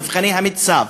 במבחני המיצ"ב,